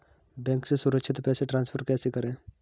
Bank से सुरक्षित पैसे ट्रांसफर कैसे करें?